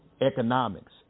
economics